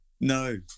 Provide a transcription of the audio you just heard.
no